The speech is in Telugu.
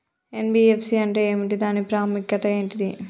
ఎన్.బి.ఎఫ్.సి అంటే ఏమిటి దాని ప్రాముఖ్యత ఏంటిది?